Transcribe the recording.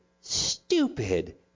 stupid